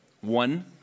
one